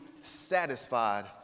satisfied